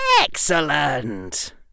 Excellent